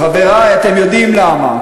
חברי, אתם יודעים למה?